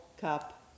Cup